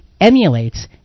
emulates